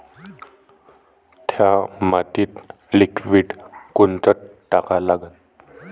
थ्या मातीत लिक्विड कोनचं टाका लागन?